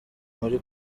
muri